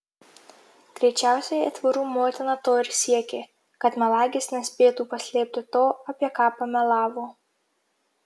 greičiausiai aitvarų motina to ir siekė kad melagis nespėtų paslėpti to apie ką pamelavo